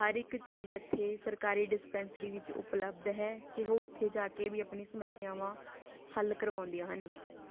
ਹਰ ਇੱਕ ਚੀਜ਼ ਇੱਥੇ ਸਰਕਾਰੀ ਡਿਸਪੈਂਸਰੀ ਵਿੱਚ ਉਪਲਬਧ ਹੈ ਅਤੇ ਉਹ ਉੱਥੇ ਜਾ ਕੇ ਵੀ ਆਪਣੀ ਸਮੱਸਿਆਵਾਂ ਹੱਲ ਕਰਵਾਉਂਦੀਆਂ ਹਨ